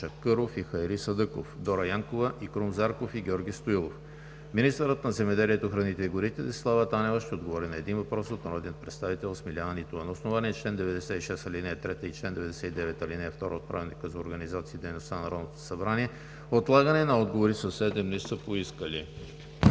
отлагане на отговори със седем дни са поискали: